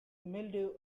mildew